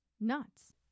nuts